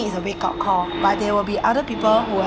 it's a wake up call but there will be other people who